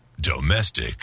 Domestic